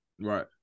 Right